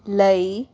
ਲਈ